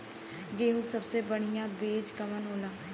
गेहूँक सबसे बढ़िया बिज कवन होला?